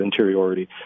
interiority